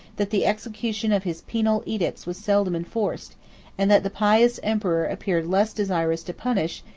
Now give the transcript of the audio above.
that the execution of his penal edicts was seldom enforced and that the pious emperor appeared less desirous to punish,